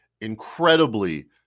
incredibly